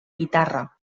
guitarra